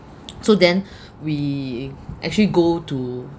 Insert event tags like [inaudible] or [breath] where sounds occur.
[noise] so then [breath] we actually go to